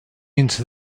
into